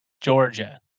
Georgia